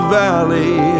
valley